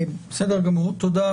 תודה.